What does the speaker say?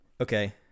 okay